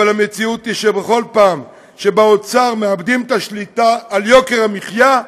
אבל המציאות היא שבכל פעם שבאוצר מאבדים את השליטה על יוקר המחיה,